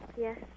Yes